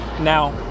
now